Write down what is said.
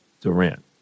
Durant